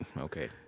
Okay